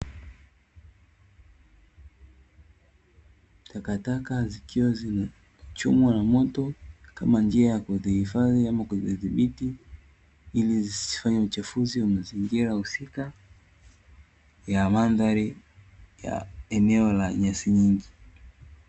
Takataka zikiwa zimechomwa na moto kama njia ya kuzihifadhi ama kuzidhibiti, ili zisifanye uchafuzi wa mazingira husika ya mandhari ya eneo la nyasi nyingi.